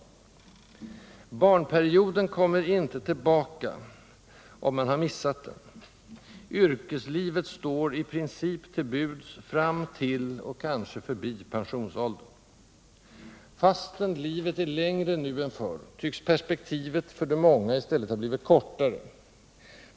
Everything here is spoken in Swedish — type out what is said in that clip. Barnperioden kommer inte tillbaka, om man har missat den; yrkeslivet står, i princip, till buds fram till och kanske förbi pensionsåldern. Fastän livet är längre nu än förr, tycks perspektivet för många i stället ha blivit kortare.